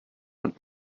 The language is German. und